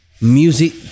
music